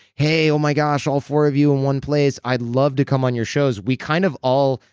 hey. oh my gosh, all four of you in one place. i'd love to come on your shows. we kind of all.